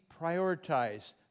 prioritize